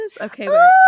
okay